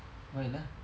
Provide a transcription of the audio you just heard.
why lah